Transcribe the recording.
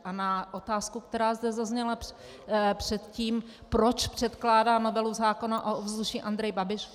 A na otázku, která zde zazněla předtím, proč předkládá novelu zákona o ovzduší Andrej Babiš?